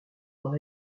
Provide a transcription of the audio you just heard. dans